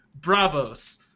Bravos